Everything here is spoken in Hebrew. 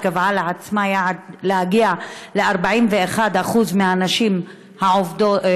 שקבעה לעצמה יעד להגיע ל-41% מהנשים הבדואיות,